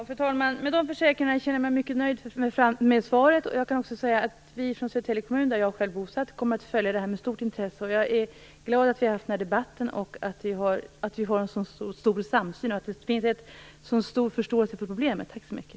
Fru talman! Med de försäkringarna känner jag mig mycket nöjd med svaret. Vi i Södertälje kommun - jag är själv bosatt där - kommer att följa detta med stort intresse. Jag är glad att vi har haft den här debatten, att vi har en så stor samsyn och att det finns en så stor förståelse för problemet. Tack så mycket!